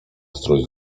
strój